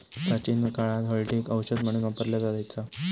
प्राचीन काळात हळदीक औषध म्हणून वापरला जायचा